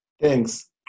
Thanks